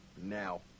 Now